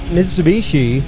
Mitsubishi